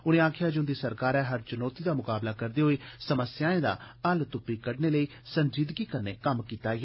उन्ने आक्खेया जे उन्दी सरकारै हर चुनौती दा मुकाबला करदे होई समस्याएं दा हल तुप्पी कड्डने लेई संजीदगी कन्ने कम्म कीता ऐ